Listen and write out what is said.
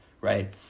right